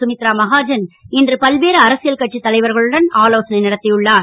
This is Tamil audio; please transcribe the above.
சுமித்ரா மஹாஜன் இன்று பல்வேறு அரசியல் கட்சித் தலைவர்களுடன் ஆலோசனை நடத்தியுள்ளார்